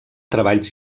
treballs